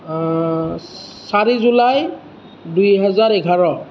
চাৰি জুলাই দুই হাজাৰ এঘাৰ